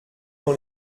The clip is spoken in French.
dans